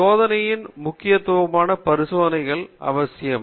சோதனையின் முக்கியத்துவமாக பரிசோதனைகள் அவசியம்